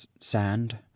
Sand